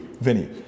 Vinny